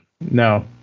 No